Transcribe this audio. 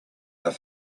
are